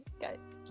guys